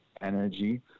energy